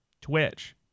Twitch